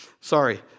Sorry